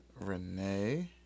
Renee